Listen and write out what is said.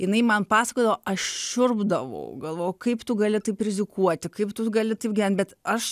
jinai man pasakodavo aš šiurpdavau galvojau kaip tu gali taip rizikuoti kaip tu gali taip gyvent bet aš